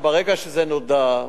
ברגע שזה נודע,